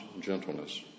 gentleness